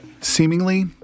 Seemingly